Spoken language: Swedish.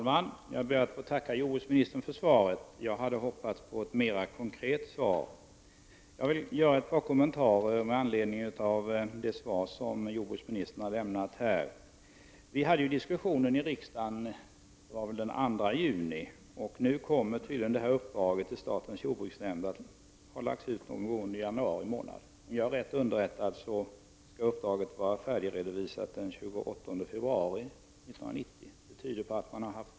Herr talman! Jag ber att få tacka jordbruksministern för svaret. Jag hade hoppats på ett mera konkret svar, och jag vill göra ett par kommentarer med anledning av jordbruksministerns svar. Vi hade en diskussion i frågan den 2 juni, tror jag att det var. Uppdraget till statens jordbruksnämnd har tydligen lagts ut någon gång under januari. Om jag är rätt underrättad skall uppdraget vara färdigredovisat den 28 februari 1990.